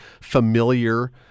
familiar